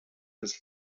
das